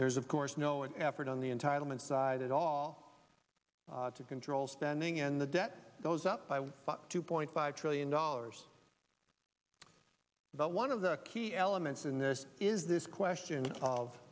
there's of course no effort on the entitlement side at all to control spending and the debt goes up by two point five trillion dollars but one of the key elements in this is this question